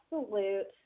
absolute